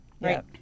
right